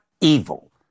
evil